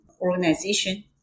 organization